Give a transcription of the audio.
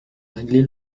régler